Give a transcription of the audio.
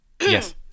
Yes